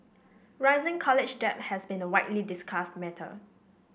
rising college debt has been a widely discussed matter